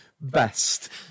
best